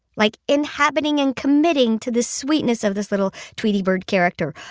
like inhabiting and committing to the sweetness of this little tweety bird character,